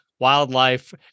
Wildlife